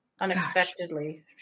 Unexpectedly